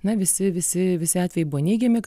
na visi visi visi atvejai buvo neigiami